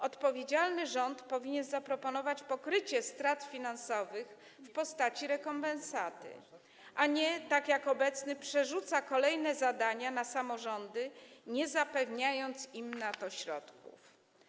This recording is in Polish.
Odpowiedzialny rząd powinien zaproponować pokrycie strat finansowych w postaci rekompensaty, nie - tak jak obecny - przerzucać kolejne zadania na samorządy, nie zapewniając im na to środków.